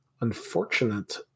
unfortunate